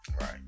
Right